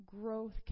growth